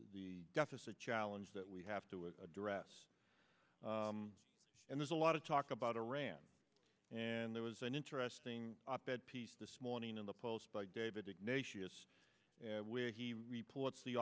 the deficit challenge that we have to address and there's a lot of talk about iran and there was an interesting op ed piece this morning in the post by david ignatius where he reports the